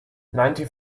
ninety